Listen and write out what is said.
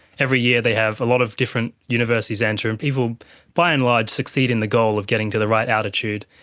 every year they have a lot of different universities enter and people by and large succeed in the goal of getting to the right altitude,